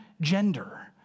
gender